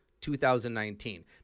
2019